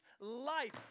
life